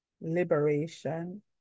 liberation